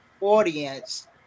audience